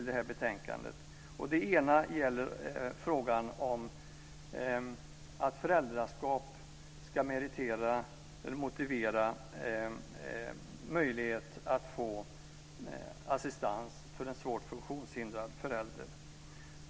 Det ena gäller frågan om att föräldraskap ska motivera möjlighet att få assistans för en svårt funktionshindrad förälder.